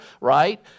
right